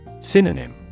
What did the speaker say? Synonym